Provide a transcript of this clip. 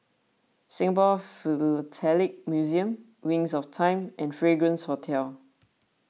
Singapore Philatelic Museum Wings of Time and Fragrance Hotel